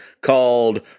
called